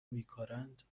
میکارند